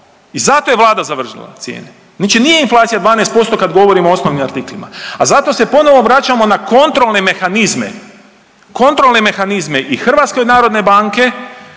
i zato je Vlada zamrznula cijene. Znači nije inflacija 12% kad govorimo o osnovnim artiklima, a zato se ponovo vraćamo na kontrolne mehanizme, kontrolne mehanizme i HNB-a i DZS-a